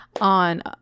on